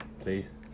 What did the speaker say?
please